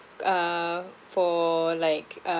uh for like